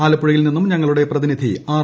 ആലപ്പുഴയിൽ നിന്നും ഞങ്ങളുടെ പ്രതിനിധി ആർ